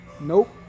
Nope